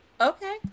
Okay